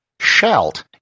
shalt